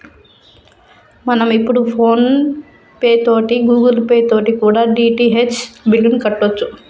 మనం ఇప్పుడు PhonePe తోటి గూగుల్ పే తోటి కూడా డి.టి.హెచ్ బిల్లుని కట్టొచ్చు